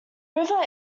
river